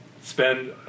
spend